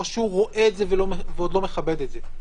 או שהוא רואה את זה ועוד לא מכבד את זה?